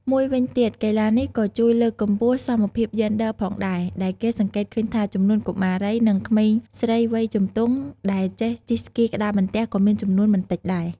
មួយវិញទៀត កីឡានេះក៏ជួយលើកកម្ពស់សមភាពយេនឌ័រផងដែរ ដែលគេសង្កេតឃើញថា ចំនួនកុមារី និងក្មេងស្រីវ័យជំទង់ដែលចេះជិះស្គីក្ដារបន្ទះក៏មានចំនួនមិនតិចដែរ។